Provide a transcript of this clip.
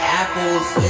apples